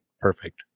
perfect